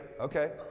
Okay